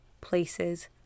places